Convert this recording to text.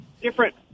different